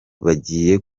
bagiye